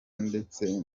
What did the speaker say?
ndetse